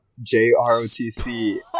J-R-O-T-C